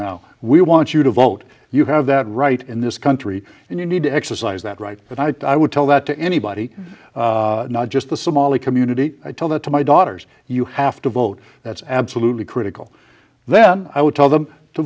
now we want you to vote you have that right in this country and you need to exercise that right but i would tell that to anybody not just the somali community i tell that to my daughters you have to vote that's absolutely critical then i would tell them to